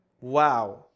Wow